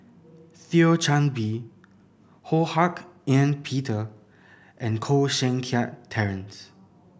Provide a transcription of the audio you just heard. Thio Chan Bee Ho Hak Ean Peter and Koh Seng Kiat Terence